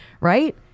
right